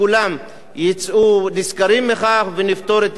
יצאו נשכרים מכך ונפתור את הבעיה הזאת.